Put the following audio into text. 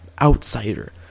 outsider